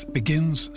begins